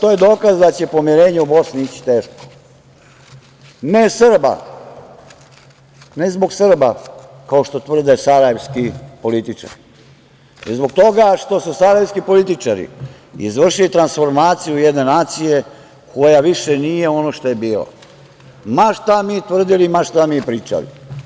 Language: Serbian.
To je dokaz da će pomirenje u Bosni ići teško, ne zbog Srba, kao što tvrde sarajevski političari, već zbog toga što su sarajevski političari izvršili transformaciju jedne nacije koja više nije ono što je bila, ma šta mi tvrdili, ma šta mi pričali.